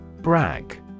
Brag